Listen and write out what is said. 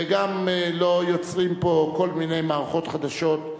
וגם לא יוצרים פה כל מיני מערכות חדשות.